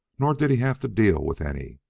nor did he have to deal with any.